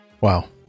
Wow